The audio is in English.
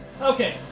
Okay